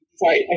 sorry